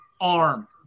arm